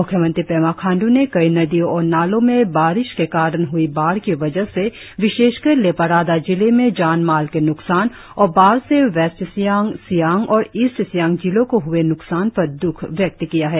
म्ख्यमंत्री पेमा खाण्ड् ने कई नदियों और नालों में बारिश के कारण हई बाढ़ की वजह से विशेषकर लेपारादा जिले में जानमाल के न्कसान और बाढ़ से वेस्ट सियां सियांग और ईस्ट सियांग जिलों को हए न्कसान पर द्रख व्यक्त किया है